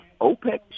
OPEC